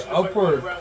upward